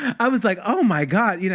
i was like, oh my god. you know